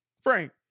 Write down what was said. Frank